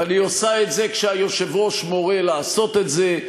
אבל היא עושה את זה כשהיושב-ראש מורה לעשות את זה,